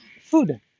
food